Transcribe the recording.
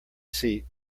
seat